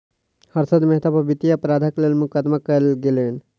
हर्षद मेहता पर वित्तीय अपराधक लेल मुकदमा कयल गेलैन